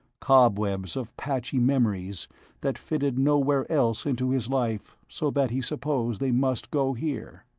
cobwebs of patchy memories that fitted nowhere else into his life so that he supposed they must go here.